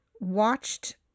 watched